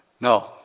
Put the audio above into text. No